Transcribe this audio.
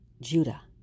Judah